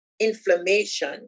Inflammation